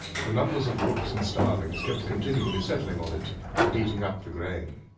for numbers of rooks and starlings kept continually settling on it and eating up the grain.